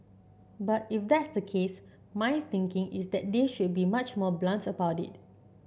but if that's the case my thinking is that they should be much more blunt about it